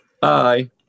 Bye